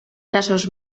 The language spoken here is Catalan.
braços